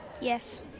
Yes